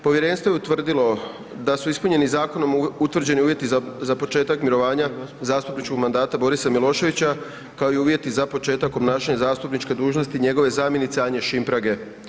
Povjerenstvo je utvrdilo da su ispunjeni zakonom utvrđeni uvjeti za početak mirovanja zastupničkog mandata Borisa Miloševića kao i uvjeti za početak obnašanja zastupničke dužnosti njegove zamjenice Anje Šimprage.